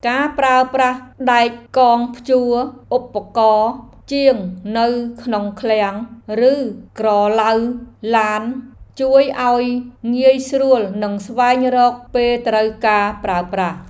ការប្រើប្រាស់ដែកកងព្យួរឧបករណ៍ជាងនៅក្នុងឃ្លាំងឬក្រឡៅឡានជួយឱ្យងាយស្រួលស្វែងរកពេលត្រូវការប្រើប្រាស់។